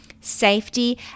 Safety